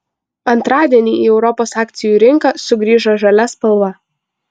antradienį į europos akcijų rinką sugrįžo žalia spalva